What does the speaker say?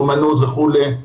אמנות וכולי,